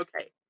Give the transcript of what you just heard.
okay